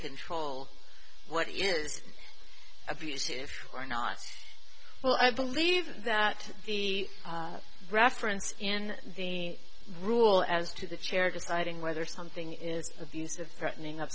control what is abusive or not well i believe that the reference in the rule as to the chair deciding whether something is abusive threatening o